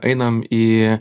einam į